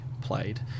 played